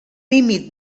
límit